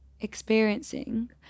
experiencing